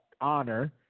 honor